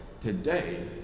Today